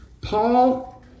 Paul